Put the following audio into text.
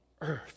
earth